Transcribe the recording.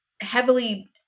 heavily